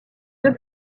deux